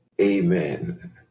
Amen